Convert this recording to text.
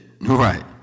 Right